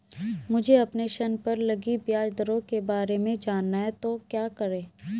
मुझे अपने ऋण पर लगी ब्याज दरों के बारे में जानना है तो क्या करें?